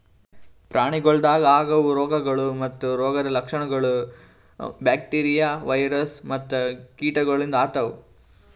ಪ್ರಾಣಿಗೊಳ್ದಾಗ್ ಆಗವು ರೋಗಗೊಳ್ ಮತ್ತ ರೋಗದ್ ಲಕ್ಷಣಗೊಳ್ ಬ್ಯಾಕ್ಟೀರಿಯಾ, ವೈರಸ್ ಮತ್ತ ಕೀಟಗೊಳಿಂದ್ ಆತವ್